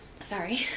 Sorry